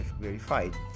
verified